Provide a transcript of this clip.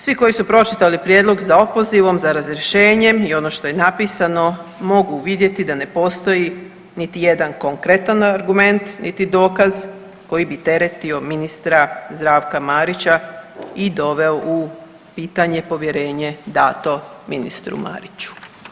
Svi koji su pročitali prijedlog za opozivom, za razrješenjem i ono što je napisano mogu vidjeti da ne postoji niti jedan konkretan dokument niti dokaz koji bi teretio ministara Zdravka Marića i doveo u pitanje povjerenje dato ministru Mariću.